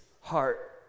heart